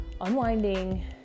Unwinding